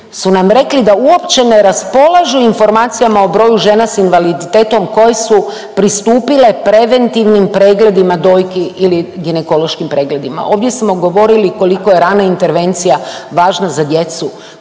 su nam rekli da uopće ne raspolažu informacijama o broju žena s invaliditetom koje su pristupile preventivnim pregledima dojki ili ginekološkim pregledima. Ovdje smo govorili koliko je rana intervencija važna za djecu,